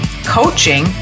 coaching